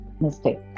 mistake